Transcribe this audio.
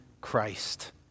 Christ